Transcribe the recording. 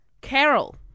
Carol